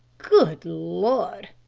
good lord!